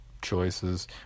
choices